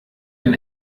den